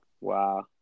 Wow